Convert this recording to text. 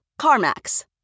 CarMax